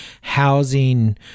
housing